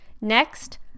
Next